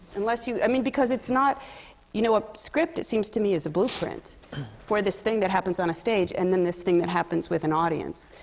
unless you i mean, because it's not you know, a script, it seems to me, is a blueprint for this thing that happens on a stage. and then this thing that happens with an audience.